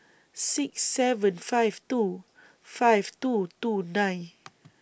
six seven five two five two two nine